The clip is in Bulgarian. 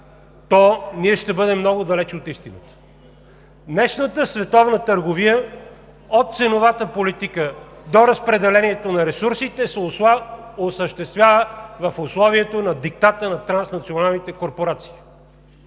то ние ще бъдем много далеч от истината. Днешната световна търговия – от ценовата политика до разпределението на ресурсите, се осъществява в условието на диктата на транснационалните корпорации